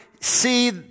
see